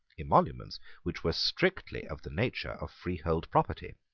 emoluments which were strictly of the nature of freehold property.